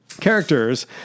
characters